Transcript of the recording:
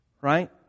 right